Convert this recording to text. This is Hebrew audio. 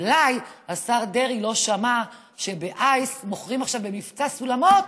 אולי השר דרעי לא שמע שב"אייס" מוכרים עכשיו במבצע סולמות,